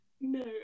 No